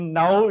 now